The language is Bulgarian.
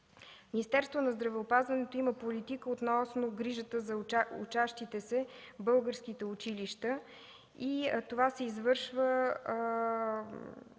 Министерството на здравеопазването има политика относно грижата за учащите се в българските училища и това се извършва